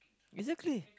exactly